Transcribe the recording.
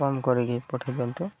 କମ୍ କରିକି ପଠେଇ ଦିଅନ୍ତୁ